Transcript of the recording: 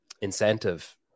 incentive